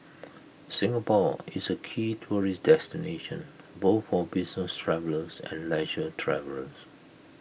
Singapore is A key tourist destination both for business travellers and leisure travellers